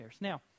Now